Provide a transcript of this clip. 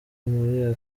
muri